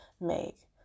make